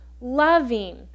Loving